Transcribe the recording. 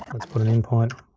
let's put an in point